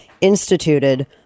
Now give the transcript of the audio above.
instituted